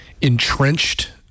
entrenched –